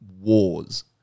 wars